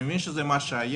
אני מבין שזה מה שהיה,